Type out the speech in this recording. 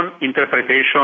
interpretation